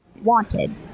Wanted